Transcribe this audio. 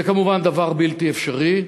זה כמובן דבר בלתי אפשרי.